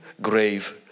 grave